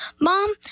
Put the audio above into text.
Mom